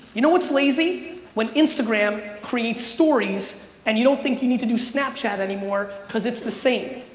you know it's lazy when instagram creates stories and you don't think you need to do snapchat anymore cause it's the same.